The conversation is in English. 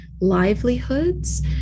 livelihoods